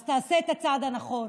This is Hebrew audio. אז תעשה את הצעד הנכון